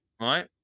right